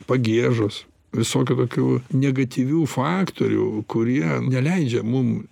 pagiežos visokių tokių negatyvių faktorių kurie neleidžia mum